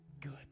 good